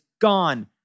gone